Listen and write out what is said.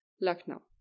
Lucknow